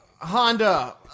Honda